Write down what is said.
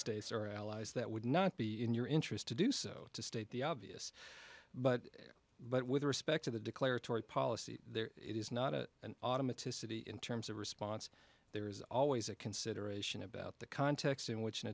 states or allies that would not be in your interest to do so to state the obvious but but with respect to the declaratory policy there it is not a an autumn it is city in terms of response there is always a consideration about the context in which an